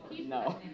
No